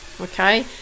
okay